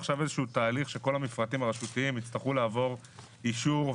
תהליך שכל המפרטים הרשותיים יצטרכו לעבור אישור,